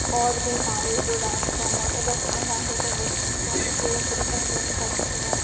और भी सारे जो डान्स फ़ॉर्म होते हैं वेस्टर्न डान्स होते हैं वह वेस्टर्न फ़ॉर्म को रिप्रेजेन्ट करते हैं